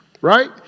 Right